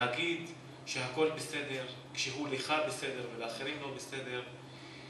להגיד שהכל בסדר כשהוא לאחד בסדר ולאחרים לא בסדר